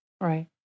Right